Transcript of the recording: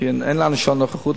אין להם שעון נוכחות,